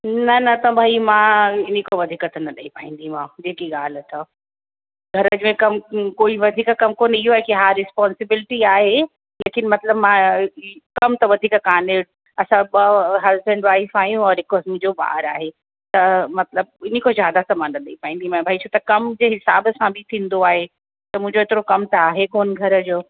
न न त भई मां इनखां वधीक त न ॾई पाईंदीमाव जेकी ॻाल्हि अथव घर में कम कोई वधीक कमु कोन्हे इहो आहे की हा रिस्पॉन्सिबिलिटी आहे लेकिन मतिलब मां कमु त वधी कोन्हे असां ॿ हस्बैंड वाइफ़ आहियूं और हिक मुंहिंजो ॿार आहे त मतिलब इनखां ज्यादा त मां न ॾई पाईंदीमएं भई छो त कमु जे हिसाब सां बि थींदो आहे त मुंहिंजो एतिरो कमु त आहे कोन्ह घर जो